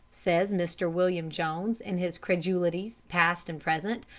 says mr. william jones, in his credulities, past and present,